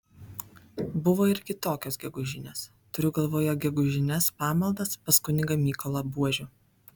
buvo ir kitokios gegužinės turiu galvoje gegužines pamaldas pas kunigą mykolą buožių